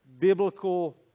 biblical